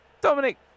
Dominic